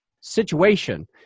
situation